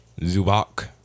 Zubak